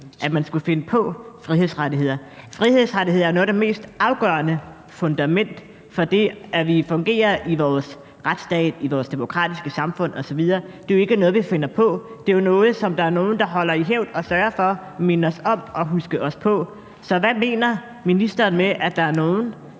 at man skulle finde på frihedsrettigheder. Frihedsrettigheder er noget af det mest afgørende som fundament for det, at vi fungerer i vores retsstat, i vores demokratiske samfund osv. Det er jo ikke noget, vi finder på. Det er jo noget, som nogle holder i hævd og sørger for at minde os om og huske os på. Så hvad mener ministeren med, at der er nogen,